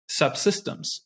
subsystems